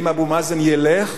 אם אבו מאזן ילך,